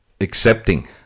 accepting